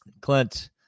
Clint